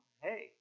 Hey